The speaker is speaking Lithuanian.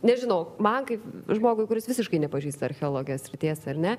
nežinau man kaip žmogui kuris visiškai nepažįsta archeologijos srities ar ne